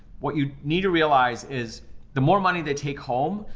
what you need to realize is the more money they take home,